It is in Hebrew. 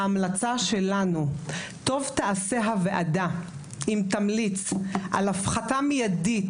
ההמלצה שלנו - טוב תעשה הוועדה אם תמליץ על הפחתה מיידית